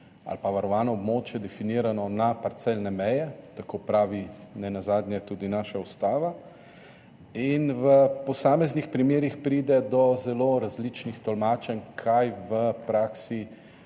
ali varovano območje definirano na parcelne meje, tako pravi nenazadnje tudi naša ustava, in v posameznih primerih pride do zelo različnih tolmačenj, kaj v praksi